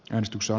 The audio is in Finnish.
kristuksen